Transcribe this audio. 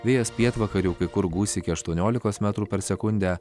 vėjas pietvakarių kai kur gūs iki aštuoniolikos metrų per sekundę